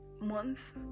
month